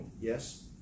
yes